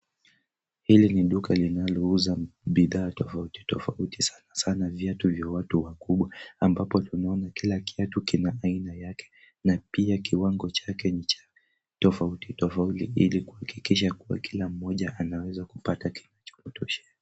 Hili ni duka linalouza bidhaa tofauti tofauti sanasana viatu vya watu wakubwa ambapo kila kiatu kina aina yake na pia kiwango chake ni cha tofauti tofauti ili kuhakikisha kuwa kila mmoja anawezakupata kinachomtoshea.